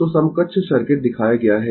तो समकक्ष सर्किट दिखाया गया है